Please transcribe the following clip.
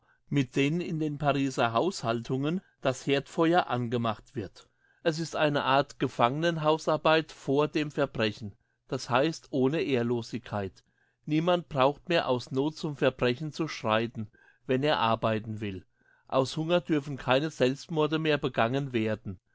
mit denen in den pariser haushaltungen das herdfeuer angemacht wird es ist eine art gefangenhausarbeit vor dem verbrechen das heisst ohne ehrlosigkeit niemand braucht mehr aus noth zum verbrechen zu schreiten wenn er arbeiten will aus hunger dürfen keine selbstmorde mehr begangen werden